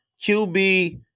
QB